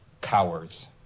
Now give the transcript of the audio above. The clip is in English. cowards